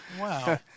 Wow